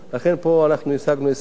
לכן פה אנחנו השגנו הישג,